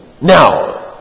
Now